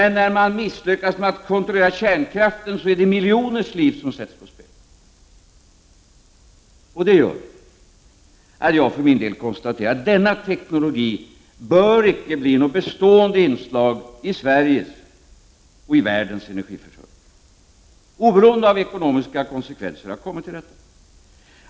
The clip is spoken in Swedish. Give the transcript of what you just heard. När man misslyckas med kärnkraften är det dock miljoners liv som sätts på spel. Det gör att jag för min del konstaterar att denna teknologi inte bör bli något bestående inslag i Sveriges och i världens energiförsörjning. Detta har jag kommit fram till oberoende av ekonomiska konsekvenser.